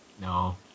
No